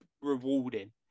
rewarding